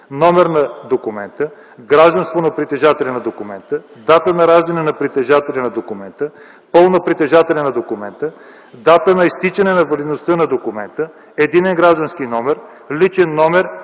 номерът на документа, гражданство на притежателя на документа, дата на раждане на притежателя на документа, пол на притежателя на документа, дата на изтичане на валидността на документа, единен граждански номер, личен номер